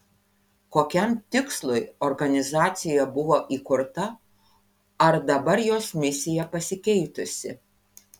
kokiam tikslui organizacija buvo įkurta ar dabar jos misija pasikeitusi